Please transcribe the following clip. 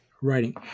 writing